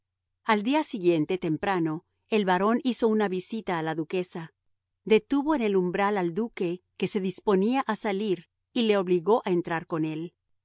al día siguiente temprano el barón hizo una visita a la duquesa detuvo en el umbral al duque que se disponía a salir y le obligó a entrar con él